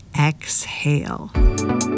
exhale